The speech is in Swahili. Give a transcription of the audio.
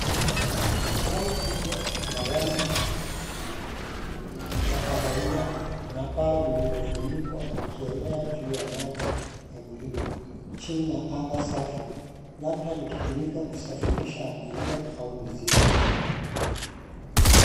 Dau kubwa la rangi ya kahawia na paa lililofunikwa likielea juu ya maji ya buluu chini ya anga safi, labda likitumika kusafirisha abiria au mizigo.